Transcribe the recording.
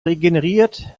regeneriert